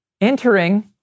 entering